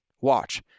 Watch